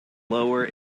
lower